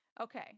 Okay